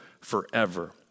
forever